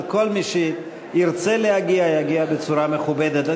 שכל מי שירצה להגיע יגיע בצורה מכובדת.